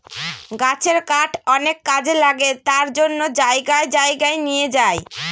গাছের কাঠ অনেক কাজে লাগে তার জন্য জায়গায় জায়গায় নিয়ে যায়